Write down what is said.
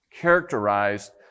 characterized